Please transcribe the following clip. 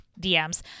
DMs